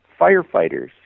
firefighters